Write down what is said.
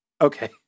Okay